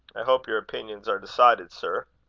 i hope your opinions are decided, sir?